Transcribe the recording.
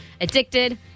addicted